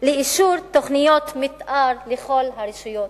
לאישור תוכניות מיתאר לכל הרשויות.